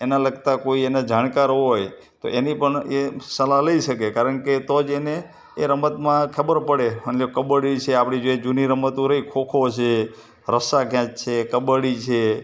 એના લગતા કોઈ એના કોઈ જાણકાર હોય તો એની પણ એ સલાહ લઇ શકે કારણ કે તો જ એને એ રમતમાં ખબર પડે માની લો કબડ્ડી છે આપણી જે જૂની રમતો રહી ખો ખો છે રસ્સા ખેંચ છે કબડ્ડી છે